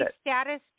status